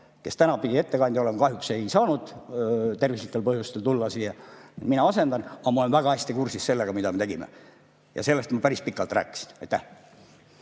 kes täna pidi ettekandja olema. Kahjuks ta ei saanud tervislikel põhjustel tulla siia, mina asendan teda. Aga ma olen väga hästi kursis sellega, mida me tegime, ja sellest ma päris pikalt rääkisin.